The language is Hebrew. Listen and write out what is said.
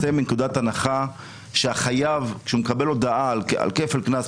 אני יוצא מנקודת הנחה שכשהחייב מקבל הודעה על כפל קנס,